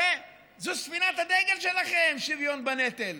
הרי זו ספינת הדגל שלכם, שוויון בנטל.